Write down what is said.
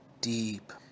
deep